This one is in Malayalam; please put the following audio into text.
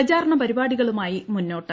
പ്രചാരണ പരിപാടികളുമായി മുന്നോട്ട്